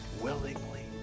willingly